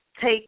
take